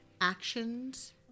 actions